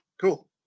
cool